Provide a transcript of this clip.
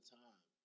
time